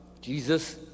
Jesus